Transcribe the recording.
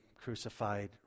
crucified